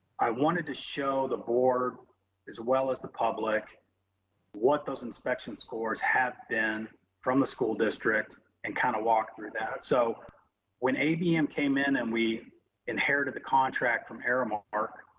i wanted to show the board as well as the public what those inspection scores have been from the school district and kind of walk through that. so when abm came in and we inherited the contract from aramark,